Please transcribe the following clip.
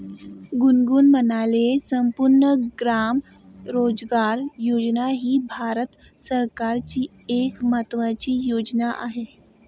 गुनगुन म्हणाले, संपूर्ण ग्राम रोजगार योजना ही भारत सरकारची एक महत्त्वाची योजना आहे